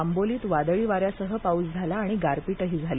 आंबोलीत वादळी वाऱ्यासह पाऊस झाला आणि गारपीटही झाली